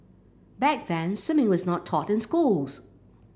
back then swimming was not taught in schools